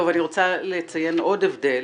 אני רוצה לציין עוד הבדל.